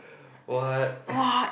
what